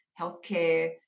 healthcare